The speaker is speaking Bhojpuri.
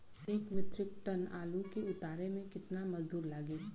एक मित्रिक टन आलू के उतारे मे कितना मजदूर लागि?